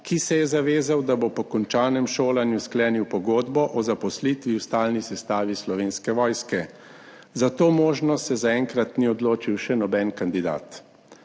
ki se je zavezal, da bo po končanem šolanju sklenil pogodbo o zaposlitvi v stalni sestavi Slovenske vojske. Za to možnost se zaenkrat ni odločil še noben kandidat.